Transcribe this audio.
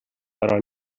però